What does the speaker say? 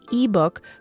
ebook